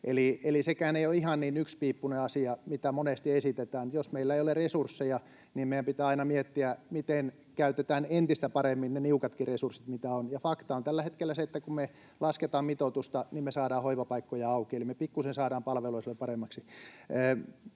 sekään ei ole ihan niin yksipiippuinen asia, miten monesti esitetään. Jos meillä ei ole resursseja, niin meidän pitää aina miettiä, miten käytetään entistä paremmin ne niukatkin resurssit, mitä on. Fakta on tällä hetkellä se, että kun me lasketaan mitoitusta, me saadaan hoivapaikkoja auki eli me pikkuisen saadaan palveluja silloin paremmiksi.